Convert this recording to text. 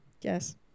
Yes